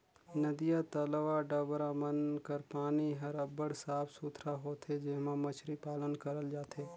नदिया, तलवा, डबरा मन कर पानी हर अब्बड़ साफ सुथरा होथे जेम्हां मछरी पालन करल जाथे